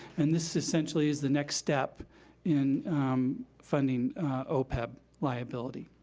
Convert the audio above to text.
and this essentially is the next step in funding opeb liability.